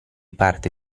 parte